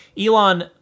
Elon